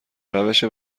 روش